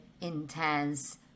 intense